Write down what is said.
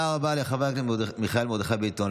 תודה רבה לחבר הכנסת מיכאל מרדכי ביטון.